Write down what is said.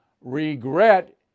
regret